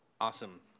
Awesome